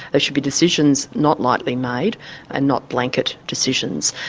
they should be decisions not lightly made and not blanket decisions.